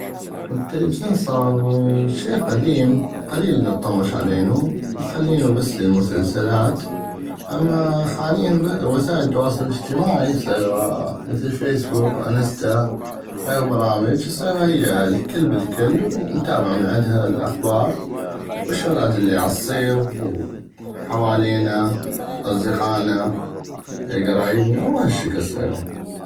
التلفزون صاغ شي قديم قليل نطمش علينو مخلينو بس للمسلسلات اما حاليا وسائل التواصل الاجتماعي صيغا مثل فيسبوك وانستا وغيغ برامج صيغا هيا الكل بالكل ونتابع من عندها الاخبار والشغلات الي عصيغ حوالينا، اصدقائنا، كرايبنا وهشكل صيغا.